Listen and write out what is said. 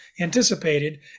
anticipated